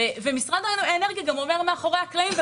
משרד האנרגיה גם אומר מאחורי הקלעים,